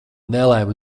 nelaime